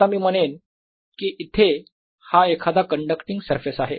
आता मी म्हणेन की इथे हा एखादा कण्डक्टींग सरफेस आहे